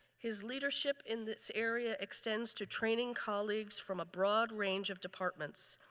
his leadership in this area extends to training colleagues from a broad range of departments.